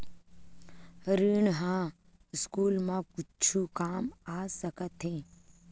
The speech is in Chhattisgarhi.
ऋण ह स्कूल मा कुछु काम आ सकत हे?